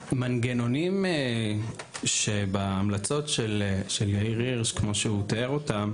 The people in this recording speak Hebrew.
המנגנונים שבהמלצות של יאיר הירש כמו שהוא תיאר אותם,